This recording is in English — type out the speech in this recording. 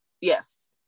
Yes